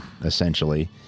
essentially